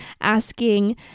asking